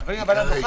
הלאה.